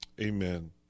Amen